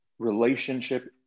relationship